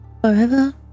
Forever